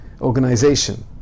organization